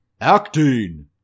acting